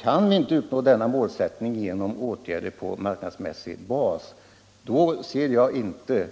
Kan vi inte uppnå de mål vi vill eftersträva genom åtgärder på marknadsmässig bas då finner jag inte